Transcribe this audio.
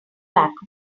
lack